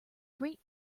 great